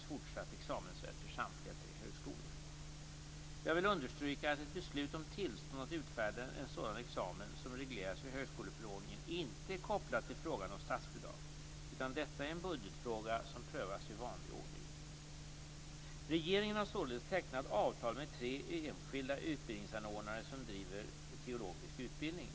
Jag vill understryka att ett beslut om tillstånd att utfärda en sådan examen som regleras i högskoleförordningen inte är kopplat till frågan om statsbidrag, utan detta är en budgetfråga som prövas i vanlig ordning. Regeringen har således tecknat avtal med tre enskilda utbildningsanordnare som bedriver teologisk utbildning.